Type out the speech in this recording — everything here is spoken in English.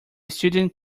student